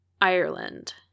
Ireland